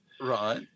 right